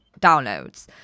downloads